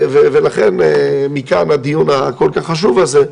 לכן מכאן הדיון הכל כך חשוב הזה,